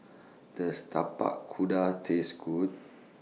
Does Tapak Kuda Taste Good